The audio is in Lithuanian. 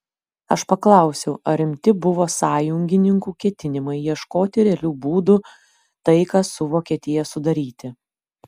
aš paklausiau ar rimti buvo sąjungininkų ketinimai ieškoti realių būdų taiką su vokietija sudaryti